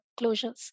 closures